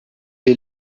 est